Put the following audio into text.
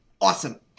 Awesome